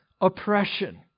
oppression